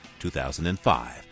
2005